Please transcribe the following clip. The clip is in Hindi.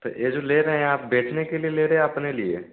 तो यह जो ले रहें आप बचने के लिए ले रहे अपने लिए